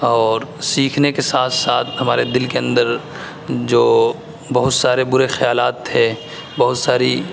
اور سیکھنے کے ساتھ ساتھ ہمارے دل کے اندر جو بہت سارے برے خیالات تھے بہت ساری